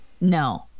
No